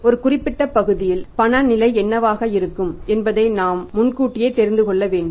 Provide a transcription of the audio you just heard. ஒரு குறிப்பிட்ட காலப்பகுதியில் பண நிலை என்னவாக இருக்கும் என்பதை நாம் முன்கூட்டியே தெரிந்து கொள்ள வேண்டும்